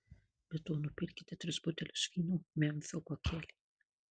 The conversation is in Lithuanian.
be to nupirkite tris butelius vyno memfio pakelį